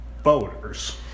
voters